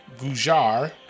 gujar